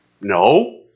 No